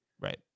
Right